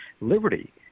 liberty